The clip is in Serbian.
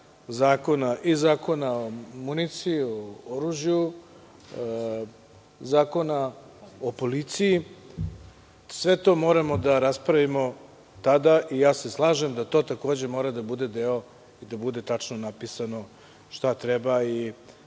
izmena Zakona o municiji i oružju, Zakon o policiji, sve to moramo da raspravimo tada i slažem se da to takođe mora da bude deo i da bude tačno napisano šta treba i